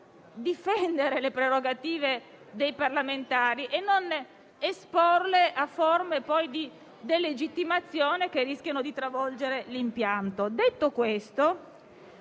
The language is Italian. difendere le prerogative dei parlamentari e non esporle a forme poi di delegittimazione che rischiano di travolgere l'impianto. Detto questo,